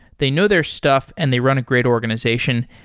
they know their stuff and they run a great organization.